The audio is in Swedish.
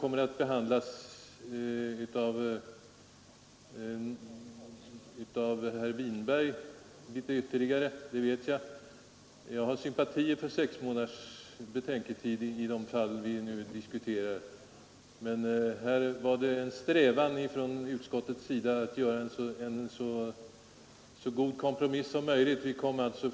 Jag vet att den saken kommer att ytterligare behandlas av herr Winberg. Det var emellertid en strävan från utskottets sida att göra en så god kompromiss som möjligt i den här frågan.